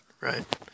right